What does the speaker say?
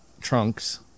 trunks